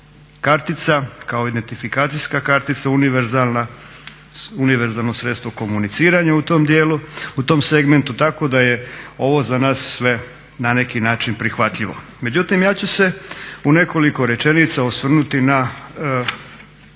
kartica kao identifikacijska kartica, univerzalna, univerzalno sredstvo komuniciranja u tom dijelu, u tom segmentu, tako da je ovo za nas sve na neki način prihvatljivo. Međutim, ja ću se u nekoliko rečenica osvrnuti na